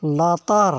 ᱞᱟᱛᱟᱨ